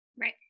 right